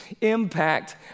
impact